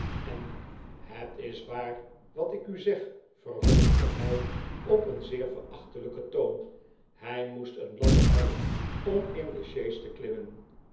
en het is waar wat ik u zeg vervolgde hij op een zeer verachtelijken toon hij moest een ladder hebben om in de sjees te klimmen